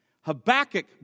Habakkuk